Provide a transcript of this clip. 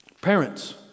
Parents